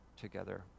together